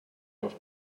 off